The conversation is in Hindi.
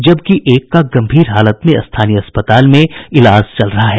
जबकि एक का गंभीर हालत में स्थानीय अस्पताल में इलाज चल रहा है